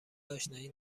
اشنایی